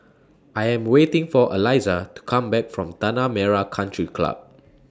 I Am waiting For Elisa to Come Back from Tanah Merah Country Club